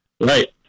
right